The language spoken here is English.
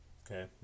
okay